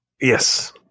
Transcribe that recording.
Yes